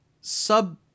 sub